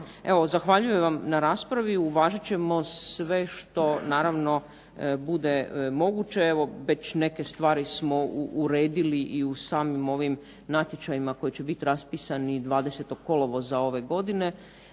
zahvaljujem vam na raspravi. uvažit ćemo sve što naravno bude moguće. Evo već neke stvari smo uredili i u samim ovim natječajima koji će biti raspisani 20. kolovoza ove godine